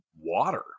water